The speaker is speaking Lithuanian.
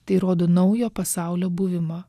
tai rodo naujo pasaulio buvimą